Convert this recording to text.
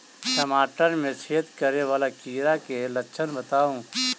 टमाटर मे छेद करै वला कीड़ा केँ लक्षण बताउ?